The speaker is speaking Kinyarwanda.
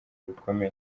bikomeye